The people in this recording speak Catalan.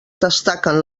destaquen